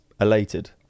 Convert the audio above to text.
elated